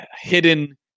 hidden